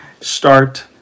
start